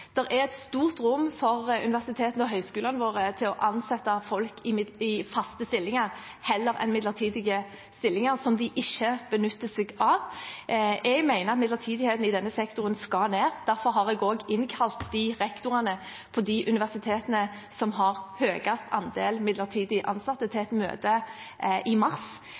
er et stort rom for universitetene og høyskolene våre som de ikke benytter seg av, til å ansette folk i faste stillinger heller enn i midlertidige stillinger. Jeg mener midlertidigheten i denne sektoren skal ned. Derfor har jeg innkalt rektorene på de universitetene som har høyest andel midlertidig ansatte, til et møte i mars